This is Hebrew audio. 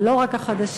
אבל לא רק החדשים,